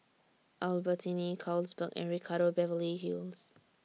Albertini Carlsberg and Ricardo Beverly Hills